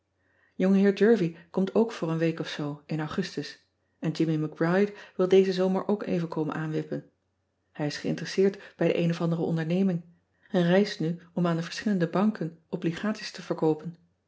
ongeheer ervie komt ook voor een week of zoo in ugustus en immie c ride wil dezen zomer ook even komen aanwippen ij is geïnteresseerd bij de een of andere onderneming en reist nu om aan de verschullende banken obligaties te verkoopen